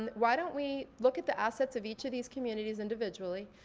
and why don't we look at the assets of each of these communities individually?